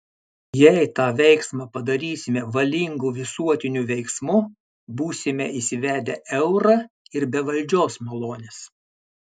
jei tą veiksmą padarysime valingu visuotiniu veiksmu būsime įsivedę eurą ir be valdžios malonės